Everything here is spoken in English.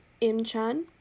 Im-Chan